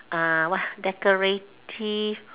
uh what decorative